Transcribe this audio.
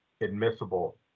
admissible